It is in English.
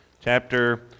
chapter